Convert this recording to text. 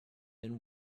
then